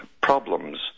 problems